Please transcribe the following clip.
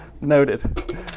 Noted